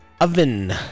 oven